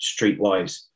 streetwise